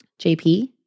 JP